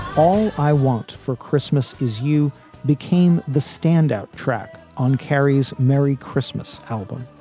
all i want for christmas is you became the standout track on kerry's merry christmas album.